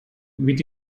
with